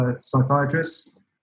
psychiatrist